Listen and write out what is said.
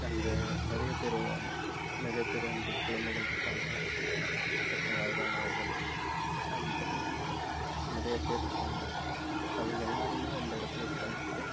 அங்கே நிறைய பேர் வருவாங்க நிறைய பேர் வந்து குழந்தைகள் இருப்பாங்க அதுக்கப்புறம் வயதானவர்கள் அண்ட் தென் நிறைய பேர் இருப்பாங்க அவங்க எல்லாரும் அந்த இடத்துல உட்காந்துட்டு